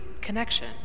connection